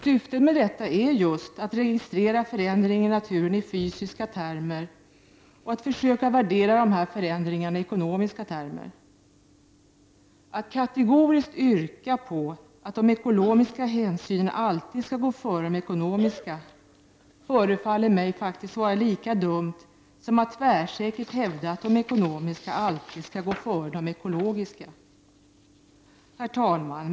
Syftet med detta är just att registrera förändringar i naturen i fysiska termer och att försöka värdera dessa förändringar i ekonomiska termer. Att kategoriskt yrka att de ekologiska hänsynen alltid skall gå före de ekonomiska förefaller mig vara lika dumt som att tvärsäkert hävda att de ekonomiska hänsynen alltid skall gå före de ekologiska. Herr talman!